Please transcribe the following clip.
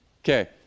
Okay